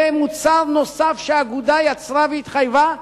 זה מוצר נוסף שהאגודה יצרה והתחייבה,